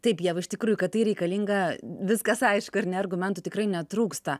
taip ieva iš tikrųjų kad tai reikalinga viskas aišku ar ne argumentų tikrai netrūksta